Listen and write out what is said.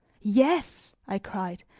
yes, i cried,